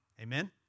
Amen